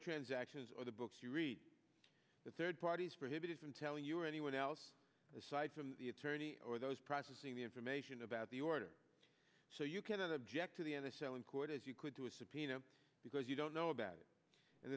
transactions or the books you read the third parties prohibited from telling you or anyone else aside from the attorney or those processing the information about the order so you can object to the n f l in court as you could to a subpoena because you don't know about it and